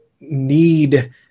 need